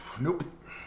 Nope